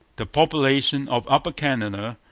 the population of upper canada,